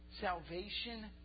salvation